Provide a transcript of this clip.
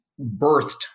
birthed